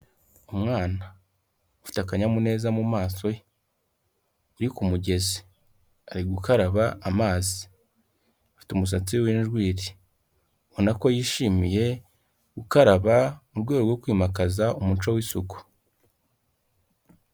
Umwana ufite akanyamuneza mu maso he, uri ku mugezi, ari gukaraba amazi, afite umusatsi w'injwiri, ubona ko yishimiye gukaraba mu rwego rwo kwimakaza umuco w'isuku.